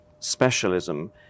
specialism